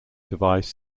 device